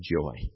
joy